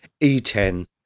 E10